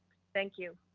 thank you,